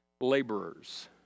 laborers